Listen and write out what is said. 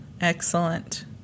Excellent